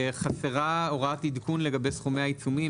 חסרה הוראת עדכון לגבי סכומי העיצומים,